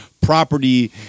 property